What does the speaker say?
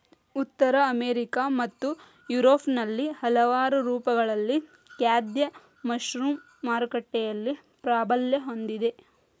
ಉತ್ತರ ಅಮೆರಿಕಾ ಮತ್ತು ಯುರೋಪ್ನಲ್ಲಿ ಹಲವಾರು ರೂಪಗಳಲ್ಲಿ ಖಾದ್ಯ ಮಶ್ರೂಮ್ ಮಾರುಕಟ್ಟೆಯಲ್ಲಿ ಪ್ರಾಬಲ್ಯ ಹೊಂದಿದೆ